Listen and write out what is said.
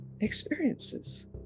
experiences